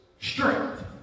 strength